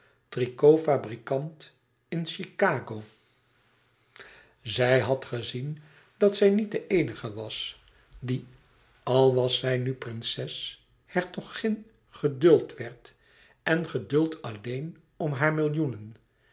hope tricotfabrikant in chicago zij had gezien dat zij niet de eenige was die al was zij een prinses hertogin geduld werd en geduld alleen om hare millioenen